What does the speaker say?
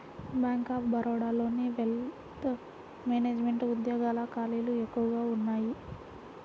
bank of బరోడాలోని wealth management ఉద్యోగాల ఖాళీలు ఎక్కువగా ఉన్నయ్యి